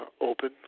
open